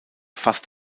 fast